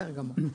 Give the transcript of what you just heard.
בסדר גמור.